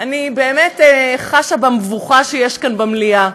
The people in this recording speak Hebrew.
אני חשה במבוכה שיש כאן במליאה.